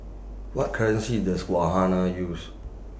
What currency Does use